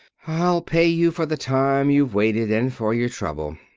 i'll pay you for the time you've waited and for your trouble.